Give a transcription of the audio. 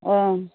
অ'